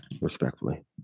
respectfully